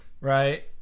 Right